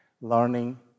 learning